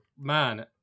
Man